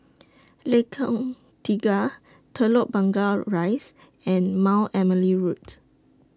Lengkong Tiga Telok Rise and Mount Emily Road